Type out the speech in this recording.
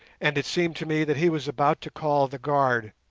and it seemed to me that he was about to call the guard,